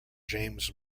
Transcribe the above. james